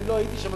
אני לא הייתי שם,